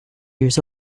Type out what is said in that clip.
years